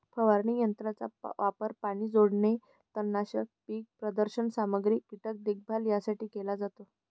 फवारणी यंत्राचा वापर पाणी सोडणे, तणनाशक, पीक प्रदर्शन सामग्री, कीटक देखभाल यासाठी केला जातो